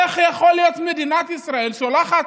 איך יכול להיות שמדינת ישראל שולחת,